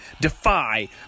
Defy